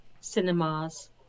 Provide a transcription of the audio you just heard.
cinemas